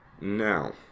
Now